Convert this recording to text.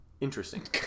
interesting